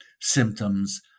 symptoms